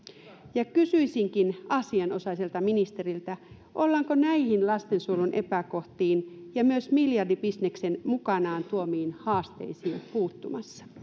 kysyisinkin asianosaiselta ministeriltä ollaanko näihin lastensuojelun epäkohtiin ja myös miljardibisneksen mukanaan tuomiin haasteisiin puuttumassa